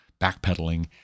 backpedaling